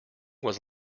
was